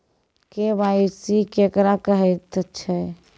KYC केकरा कहैत छै?